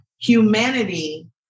Humanity